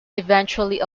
eventually